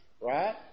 right